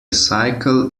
cycle